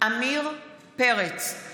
עמיר פרץ, מתחייב אני